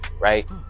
right